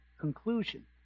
conclusion